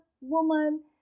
woman